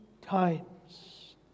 times